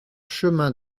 chemin